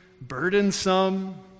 burdensome